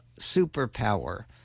Superpower